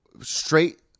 straight